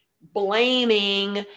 blaming